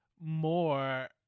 more